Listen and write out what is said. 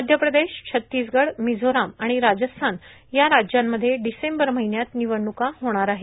मध्य प्रदेश छत्तीसगढ मिझोराम आणि राजस्थान या राज्यांमध्ये डिसेंबर महिन्यात निवडणूका होणार आहेत